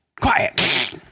Quiet